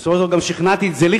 בסופו של דבר גם שכנעתי את זליכה,